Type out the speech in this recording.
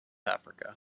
africa